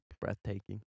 Breathtaking